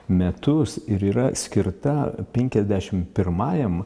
metus ir yra skirta penkiasdešim pirmajam